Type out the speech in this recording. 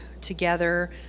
together